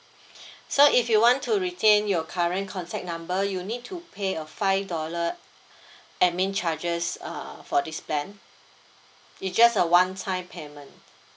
so if you want to retain your current contact number you need to pay a five dollar administration charges err for this plan it just a one time payment